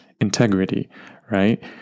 integrity—right